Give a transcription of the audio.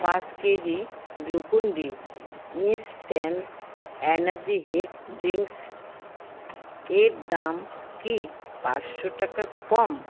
পাঁচ kg Glucon D instant energy health drinks এর দাম কি পাঁচশো টাকার কম